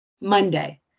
monday